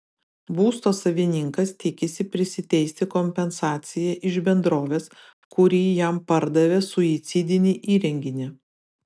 būsto savininkas tikisi prisiteisti kompensaciją iš bendrovės kuri jam pardavė suicidinį įrenginį